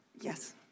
Yes